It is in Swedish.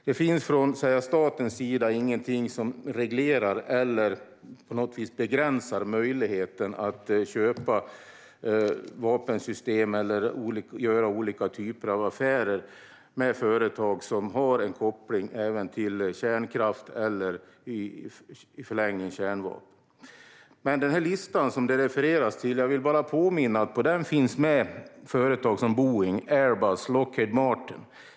Det finns från statens sida inget som reglerar eller begränsar möjligheten att köpa vapensystem eller göra andra typer av affärer med företag som har en koppling även till kärnkraft eller, i förlängningen, kärnvapen. Låt mig påminna om att på den lista som det refereras till finns företag som Boeing, Airbus och Lockheed Martin.